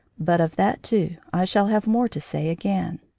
but of that too i shall have more to say again.